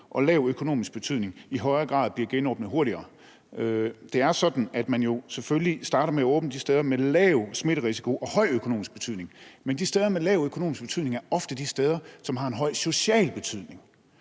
og lav økonomisk betydning, i højere grad bliver genåbnet hurtigere. Det er sådan, at man jo selvfølgelig starter med at åbne de steder med lav smitterisiko og høj økonomisk betydning, men de steder med lav økonomisk betydning er ofte de steder, som har en høj social betydning.